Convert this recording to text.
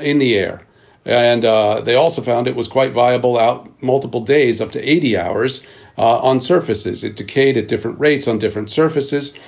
in the air and they also found it was quite viable, out multiple days, up to eighty hours on surfaces. it decayed decayed at different rates, on different surfaces.